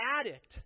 addict